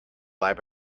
lab